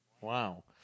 wow